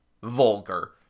vulgar